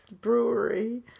brewery